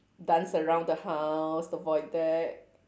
dance around the house the void deck